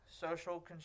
social